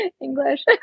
English